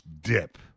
dip